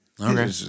Okay